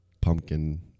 pumpkin